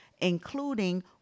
including